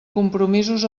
compromisos